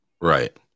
Right